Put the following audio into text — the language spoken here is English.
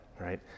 right